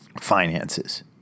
finances